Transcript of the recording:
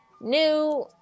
new